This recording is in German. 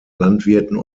landwirten